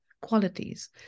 qualities